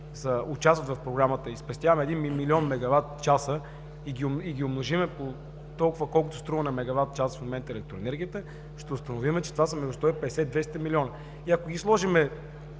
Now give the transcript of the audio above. участват в Програмата и спестяваме един милион мегават часа и ги умножим по толкова, колкото струва на мегават час в момента електроенергията, ще установим, че това са между 150 – 200 милиона. Ако ги сложим